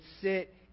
sit